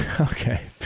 Okay